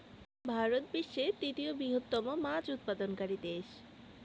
ভারত বিশ্বের তৃতীয় বৃহত্তম মাছ উৎপাদনকারী দেশ